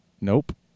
Nope